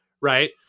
right